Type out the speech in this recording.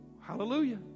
Hallelujah